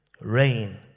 rain